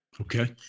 Okay